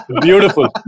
Beautiful